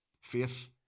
Faith